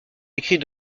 écrits